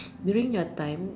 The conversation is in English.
during your time